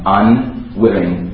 unwilling